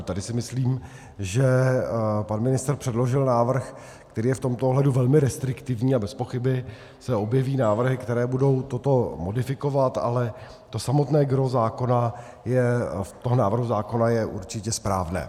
Tady si myslím, že pan ministr předložil návrh, který je v tomto ohledu velmi restriktivní, a bezpochyby se objeví návrhy, které budou toto modifikovat, ale to samotné gros toho návrhu zákona je určitě správné.